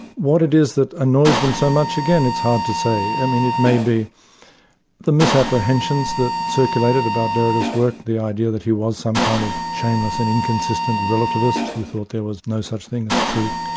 what it is that annoys them so much again it's hard to say. i mean it may be the misapprehensions that circulated about derrida's work, the idea that he was some kind of shameless and inconsistent relativist who thought there was no such thing as truth,